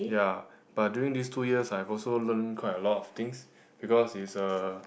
ya but during these two years I've also learn quite a lot things because it's a